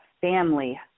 family